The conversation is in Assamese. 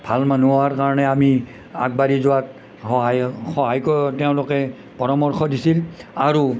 ভাল মানুহ হোৱাৰ কাৰণে আমি আগবাঢ়ি যোৱাত সহায় সহায় তেওঁলোকে পৰামৰ্শ দিছিল আৰু